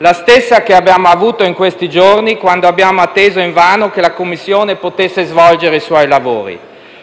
la stessa che abbiamo avuto in questi giorni, quando abbiamo atteso in vano che la Commissione potesse svolgere i propri lavori.